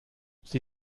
sie